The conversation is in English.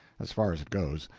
as far as it goes,